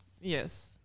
Yes